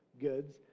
goods